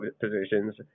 positions